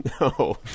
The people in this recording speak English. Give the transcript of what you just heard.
no